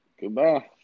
Goodbye